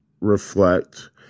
reflect